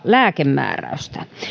lääkemääräys